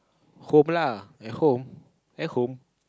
home lah at home at home